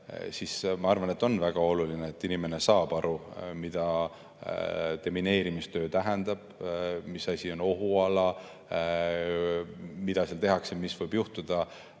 siis ma arvan, et on väga oluline, et inimene saab aru, mida demineerimistöö tähendab: mis asi on ohuala, mida tehakse, mis võib juhtuda.